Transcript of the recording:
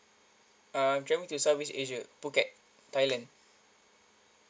uh I'm travelling to southeast asia phuket thailand